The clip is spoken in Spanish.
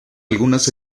algunas